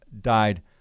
died